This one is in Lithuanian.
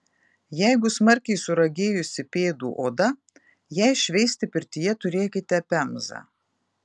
jeigu smarkiai suragėjusi pėdų oda jai šveisti pirtyje turėkite pemzą